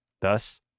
Thus